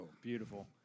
Beautiful